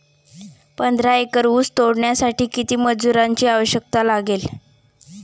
पंधरा एकर ऊस तोडण्यासाठी किती मजुरांची आवश्यकता लागेल?